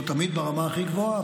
לא תמיד ברמה הכי גבוהה,